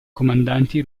comandanti